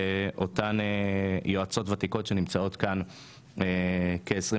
לאותן יועצות ותיקות שנמצאות כאן כ-25